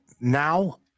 now